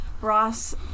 Ross